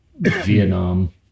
Vietnam